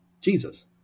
Jesus